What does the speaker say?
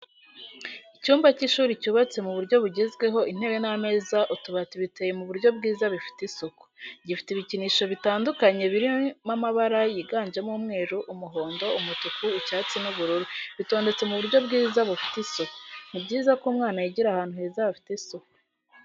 Icyumba cy'ishuri cyubatse mu buryo bugezweho intebe n'ameza utubati biteye mu buryo bwiza bifite isuku, gifite ibikinisho bitandukanye biri mabara yiganjemo umweru, umuhondo, umutuku, icyatsi n'ubururu bitondetse mu buryo bwiza bufite isuku. Ni byiza ko umwana yigira ahantu heza hafite isuku.